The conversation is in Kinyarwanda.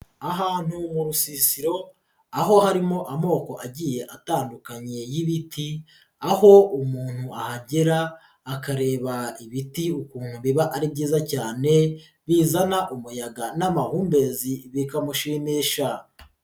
Ahantu mu rusisiro aho harimo amoko agiye atandukanye y'ibiti, aho umuntu ahagera akareba ibiti ukuntu biba ari byiza cyane, bizana umuyaga n'amahumbezi bikamushimsha.